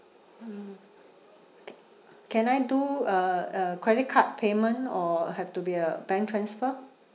mm okay can I do a a credit card payment or have to be a bank transfer